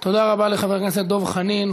תודה רבה לחבר הכנסת דב חנין.